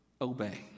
obey